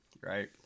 right